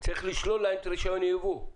צריך לשלול להם את רישיון היבוא.